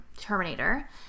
Terminator